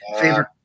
Favorite